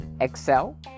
excel